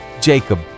jacob